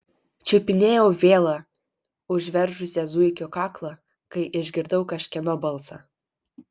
čiupinėjau vielą užveržusią zuikio kaklą kai išgirdau kažkieno balsą